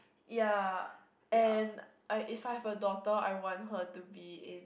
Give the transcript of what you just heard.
ya and uh if I have a daughter I want her to be in